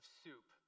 soup